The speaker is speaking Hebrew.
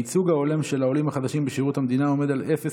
הייצוג ההולם של העולים החדשים בשירות המדינה עומד על 0%,